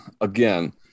again